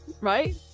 right